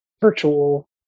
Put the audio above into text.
virtual